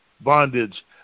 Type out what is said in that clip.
bondage